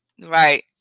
right